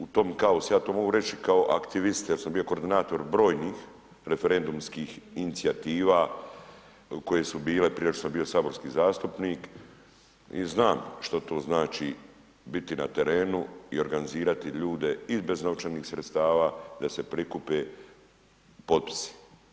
U tom kaosu, ja to mogu reći i kao aktivist, ja sam bio koordinator brojnih referendumskih inicijativa koje su bile prije nego što sam bio saborski zastupnik i znam što to znači biti na terenu i organizirati ljude, i bez novčanih sredstava da se prikupe potpisi.